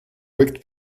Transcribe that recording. wicked